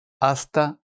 Hasta